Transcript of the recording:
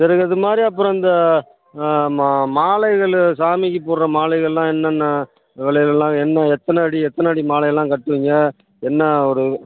சரி இது மாதிரி அப்புறம் அ இந்த மா மாலைகள் சாமிக்கு போடுகிற மாலைகள்லாம் என்னென்ன விலையிலலாம் என்ன எத்தனை அடி எத்தனை அடி மாலையெல்லாம் கட்டுவீங்க என்ன ஒரு